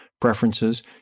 Preferences